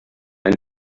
ein